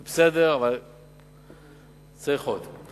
בסדר, אבל צריך עוד.